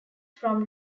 from